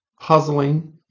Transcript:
puzzling